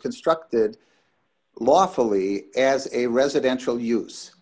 constructed lawfully as a residential use